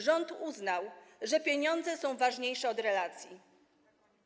Rząd uznał, że pieniądze są ważniejsze od relacji.